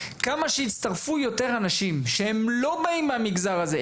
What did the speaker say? כמה שיצטרפו יותר אנשים שהם לא באים מהמגזר הזה,